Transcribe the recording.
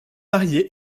marié